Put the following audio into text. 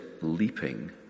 leaping